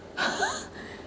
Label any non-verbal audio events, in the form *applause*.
*laughs*